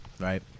right